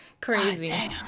crazy